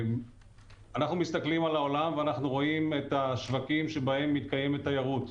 אנחנו מסתכלים על העולם ורואים את השווקים שבהם מתקיימת תיירות.